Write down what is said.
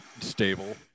stable